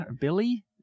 Billy